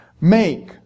Make